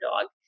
dog